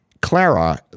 Clara